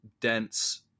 dense